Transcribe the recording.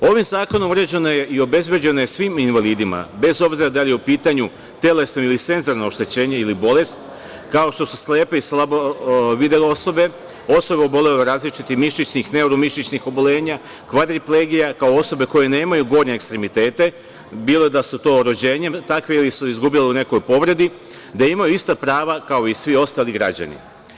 Ovim zakonom uređeno je i obezbeđeno svim invalidima bez obzira da li je u pitanju telesno ili senzorno oštećenje ili bolest kao što su slepe i slabovidele osobe, osobe obolele o različitim mišićnih, neuromišićnih obolenja, kvadriplegije kao i osobe koje nemaju gornje ekstremitete bilo da su to rođenjem takve ili su izgubile u nekoj povredi da imaju ista prava kao i svi ostali građani.